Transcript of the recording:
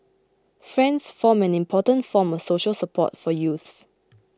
friends form an important form of social support for youths